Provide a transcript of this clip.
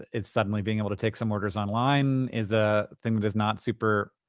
it's suddenly being able to take some orders online is a thing that is not super,